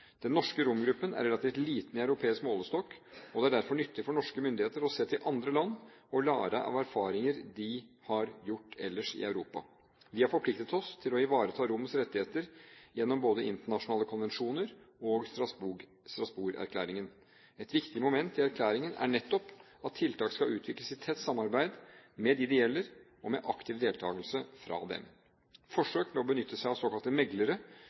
Den norske romgruppen er relativt liten i europeisk målestokk, og det er derfor nyttig for norske myndigheter å se til andre land og lære av erfaringer som er gjort ellers i Europa. Vi har forpliktet oss til å ivareta romenes rettigheter gjennom både internasjonale konvensjoner og Strasbourg-erklæringen. Et viktig moment i erklæringen er nettopp at tiltak skal utvikles i tett samarbeid med dem det gjelder, og med aktiv deltakelse fra dem. Forsøk med å benytte seg at såkalte meglere,